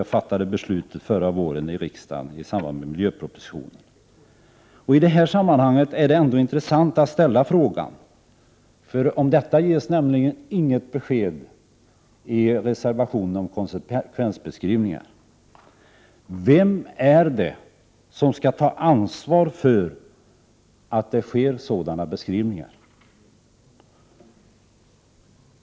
Beslutet fattades förra våren i riksdagen i samband med att miljöpropositionen lades fram. I det här sammanhanget är det intressant att fråga vem det är som skall ansvara för att sådana beskrivningar görs. Om detta ges inget besked i reservationen om konsekvensbeskrivningar.